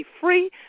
free